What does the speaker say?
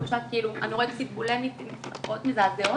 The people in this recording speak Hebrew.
או שאת אנורקסית בולמית עם תופעות מזעזעות,